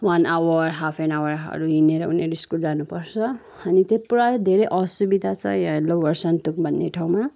one hour half an आवरहरू हिँडेर उनीहरू स्कुल जानु पर्छ अनि त्यो पुरा धेरै असुविधा छ यहाँ लोवर सन्तुकमा भन्ने ठाउँमा